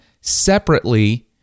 separately